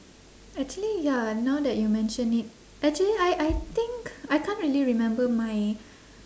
actually ya now that you mention it actually I I think I can't really remember my